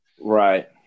right